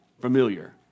familiar